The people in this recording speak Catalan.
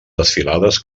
desfilades